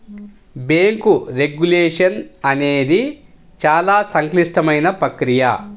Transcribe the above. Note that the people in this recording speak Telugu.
బ్యేంకు రెగ్యులేషన్ అనేది చాలా సంక్లిష్టమైన ప్రక్రియ